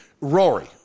Rory